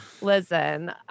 Listen